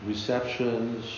Receptions